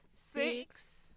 six